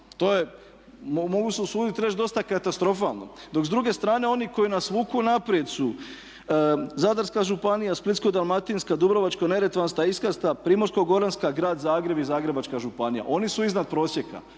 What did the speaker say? To je mogu se usuditi reći dosta katastrofalno. Dok s druge strane oni koji nas vuku naprijed su Zadarska županija, Splitsko-dalmatinska, Dubrovačko-neretvanska, Istarska, Primorsko-goranska, Grad Zagreb i Zagrebačka županija, oni su iznad prosjeka.